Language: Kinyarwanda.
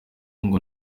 ngo